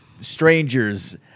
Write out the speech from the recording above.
strangers